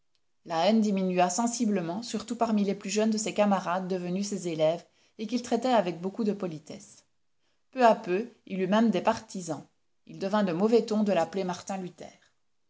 la haine diminua sensiblement surtout parmi les plus jeunes de ses camarades devenus ses élèves et qu'il traitait avec beaucoup de politesse peu à peu il eut même des partisans il devint de mauvais ton de l'appeler martin luther